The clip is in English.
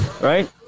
right